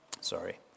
sorry